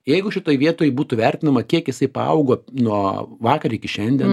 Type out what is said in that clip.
jeigu šitoj vietoj būtų vertinama kiek jisai paaugo nuo vakar iki šiandien